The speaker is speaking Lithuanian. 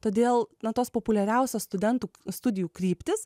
todėl na tos populiariausios studentų studijų kryptys